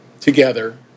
together